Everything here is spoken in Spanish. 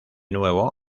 nuevo